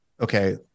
okay